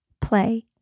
play